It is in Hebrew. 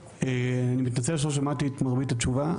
אני מתנצל שלא שמעתי את מרבית התשובה,